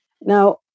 Now